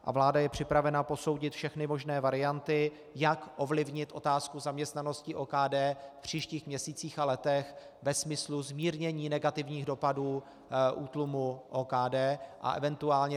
A vláda je připravena posoudit všechny možné varianty, jak ovlivnit otázku zaměstnanosti OKD v příštích měsících a letech ve smyslu zmírnění negativních dopadů útlumu OKD a event.